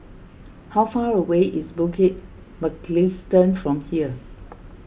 how far away is Bukit Mugliston from here